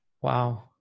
wow